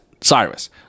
cyrus